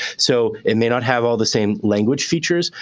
so it may not have all the same language features.